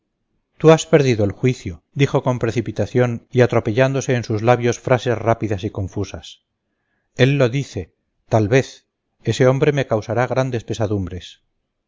tú has perdido el juicio dijo con precipitación y atropellándose en sus labios frases rápidas y confusas él lo dice tal vez ese hombre me causará grandes pesadumbres